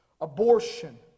abortion